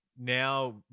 now